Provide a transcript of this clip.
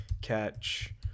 catch